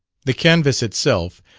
the canvas itself,